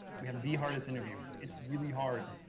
we have the hardest interview. it's really hard.